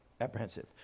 apprehensive